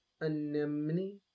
Anemone